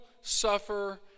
suffer